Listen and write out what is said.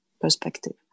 perspective